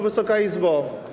Wysoka Izbo!